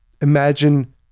Imagine